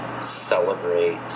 celebrate